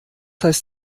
heißt